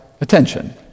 attention